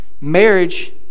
Marriage